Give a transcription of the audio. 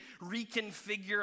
reconfigure